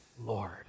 Lord